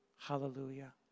Hallelujah